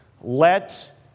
Let